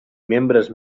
membres